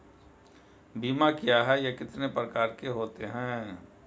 बीमा क्या है यह कितने प्रकार के होते हैं?